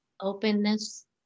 openness